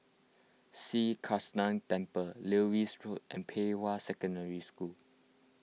Sri Krishnan Temple Lewis Road and Pei Hwa Secondary School